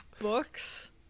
books